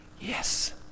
yes